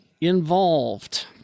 involved